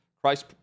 Christ